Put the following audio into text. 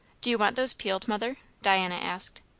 do you want those peeled, mother? diana asked.